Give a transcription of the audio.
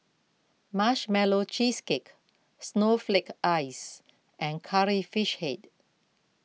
Marshmallow Cheesecake Snowflake Ice and Curry Fish Head